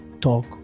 talk